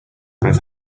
both